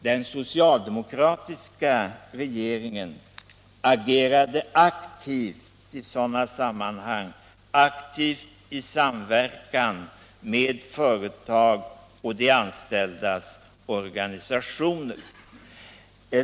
Den socialdemokratiska regeringen agerade aktivt i sådana sammanhang, i samverkan med företag och de anställdas organisationer.